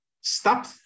Stop